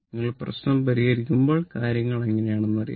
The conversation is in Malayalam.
നിങ്ങൾ പ്രശ്നം പരിഹരിക്കുമ്പോൾ കാര്യങ്ങൾ എങ്ങനെയാണെന്ന് അറിയാം